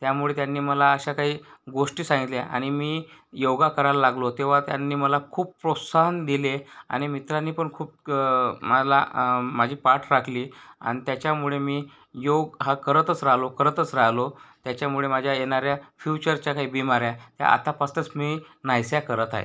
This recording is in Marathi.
त्यामुळे त्यांनी मला अशा काही गोष्टी सांगितल्या आणि मी योगा करायला लागलो तेव्हा त्यांनी मला खूप प्रोत्साहन दिले आणि मित्रांनी पण खूप मला माझी पाठ राखली आणि त्याच्यामुळे मी योग हा करतंच राहिलो करतंच राहिलो त्याच्यामुळे माझ्या येणाऱ्या फ्यूचरच्या काही बीमाऱ्या या आत्तापासनंच मी नाहीशा करत आहे